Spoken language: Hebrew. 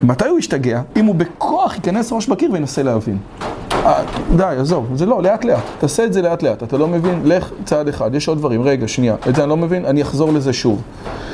מתי הוא ישתגע, אם הוא בכוח ייכנס ראש בקיר וינסה להבין. די, עזוב, זה לא, לאט-לאט, תעשה את זה לאט-לאט, אתה לא מבין? לך צעד אחד, יש עוד דברים, רגע, שנייה, את זה אני לא מבין? אני אחזור לזה שוב